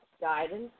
guidance